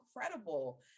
incredible